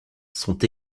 sont